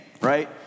right